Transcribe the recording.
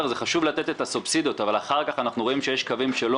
חשוב לתת את הסובסידיות אבל אחר כך אנחנו רואים שיש קווים שלא